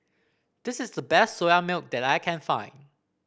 this is the best Soya Milk that I can find